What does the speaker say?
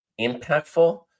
impactful